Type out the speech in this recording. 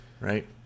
right